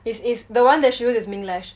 is is the one that she use is mink lash